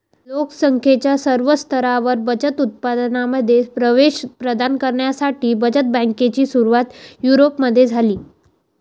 लोक संख्येच्या सर्व स्तरांवर बचत उत्पादनांमध्ये प्रवेश प्रदान करण्यासाठी बचत बँकेची सुरुवात युरोपमध्ये झाली